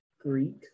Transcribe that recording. Greek